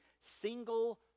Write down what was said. single